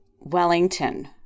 Wellington